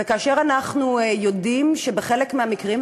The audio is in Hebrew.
ואנחנו יודעים שבחלק מהמקרים,